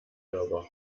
server